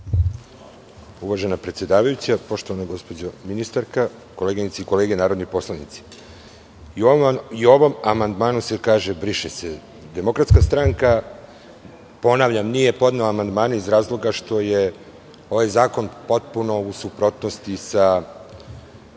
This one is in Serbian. Uvažena predsedavajuća, poštovana gospođo ministarka, koleginice i kolege narodni poslanici, i u ovom amandmanu se kaže – briše se. Demokratska stranka, ponavljam, nije podnela amandmane iz razloga što je ovaj zakon potpuno u suprotnosti sa